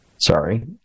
Sorry